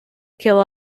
kill